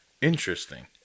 interesting